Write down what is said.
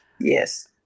Yes